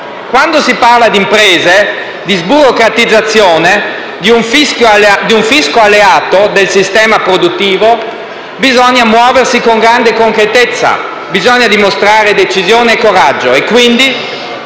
Quando si parla di imprese, di sburocratizzazione, di un fisco alleato del sistema produttivo, bisogna muoversi con grande concretezza. Bisogna dimostrare decisione e coraggio e, quindi,